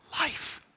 life